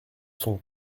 son